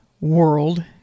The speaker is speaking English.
world